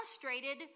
frustrated